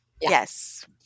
Yes